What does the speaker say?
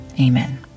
Amen